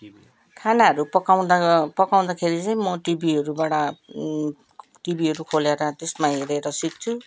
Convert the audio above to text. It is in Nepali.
खानाहरू पकाउँदा पकाउँदाखेरि चाहिँ म टिभीहरूबाट टिभीहरू खोलेर त्यसमा हेरेर सिक्छु